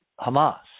Hamas